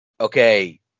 okay